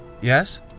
Yes